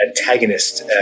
antagonist